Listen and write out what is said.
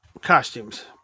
Costumes